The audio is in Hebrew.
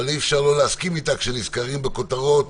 אבל אי-אפשר שלא להסכים איתה כשנזכרים בכותרות